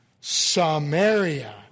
Samaria